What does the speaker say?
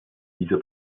dieser